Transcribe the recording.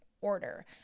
order